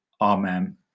Amen